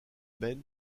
ben